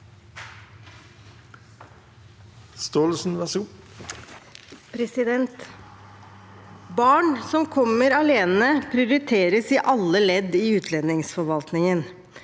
Barn som kommer alene, prioriteres i alle ledd i utlendingsforvaltningen.